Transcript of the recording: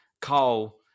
Carl